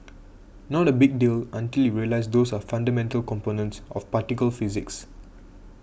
not a big deal until you realise those are fundamental components of particle physics